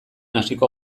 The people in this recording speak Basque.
hasiko